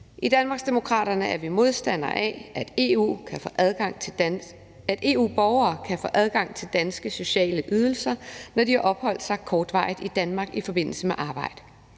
I Danmarksdemokraterne er vi modstandere af, at EU-borgere kan få adgang til danske sociale ydelser, når de har opholdt sig kortvarigt i Danmark i forbindelse med arbejde.